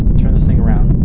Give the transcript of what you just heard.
turn this thing around?